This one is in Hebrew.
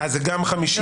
אז זה גם חמישית.